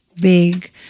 big